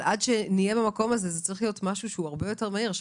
לכן זה צריך להיות משהו הרבה יותר מהיר.